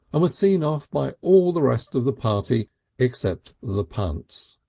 and were seen off by all the rest of the party except the punts,